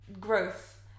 growth